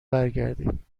برگردیم